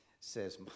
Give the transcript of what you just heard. says